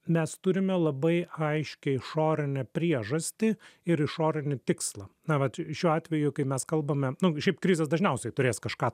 mes turime labai aiškią išorinę priežastį ir išorinį tikslą na vat šiuo atveju kai mes kalbame nu šiaip krizės dažniausiai turės kažką